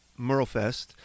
Merlefest